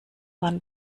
wann